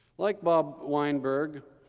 like bob weinberg,